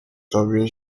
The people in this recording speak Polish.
tobie